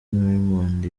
raymond